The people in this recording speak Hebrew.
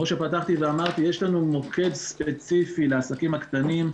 כמו שפתחתי ואמרתי יש לנו מוקד ספציפי לעסקים קטנים.